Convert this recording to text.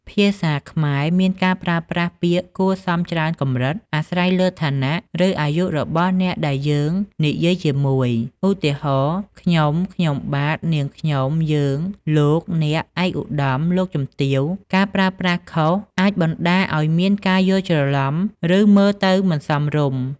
ភាសាខ្មែរមានការប្រើប្រាស់ពាក្យគួរសមច្រើនកម្រិត អាស្រ័យលើឋានៈ ឬអាយុរបស់អ្នកដែលយើងនិយាយជាមួយ ឧទាហរណ៍ ខ្ញុំ ខ្ញុំបាទ នាងខ្ញុំ យើង លោក អ្នក ឯកឧត្តម លោកជំទាវ។ ការប្រើប្រាស់ខុសអាចបណ្ដាលឱ្យមានការយល់ច្រឡំ ឬមើលទៅមិនសមរម្យ។